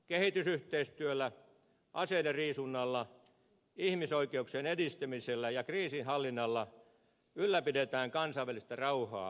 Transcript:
kehitysyhteistyöllä aseidenriisunnalla ihmisoikeuksien edistämisellä ja kriisinhallinnalla ylläpidetään kansainvälistä rauhaa ja turvallisuutta